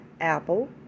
Apple